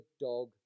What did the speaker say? dog